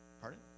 Pardon